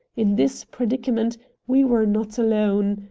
in this predicament we were not alone.